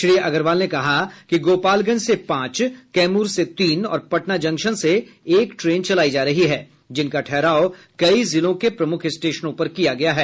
श्री अग्रवाल ने कहा कि गोपालगंज से पांच कैमूर से तीन और पटना जंक्शन से एक ट्रेन चलायी जा रही हैं जिनका ठहराव कई जिलों के प्रमुख स्टेशनों पर किया गया है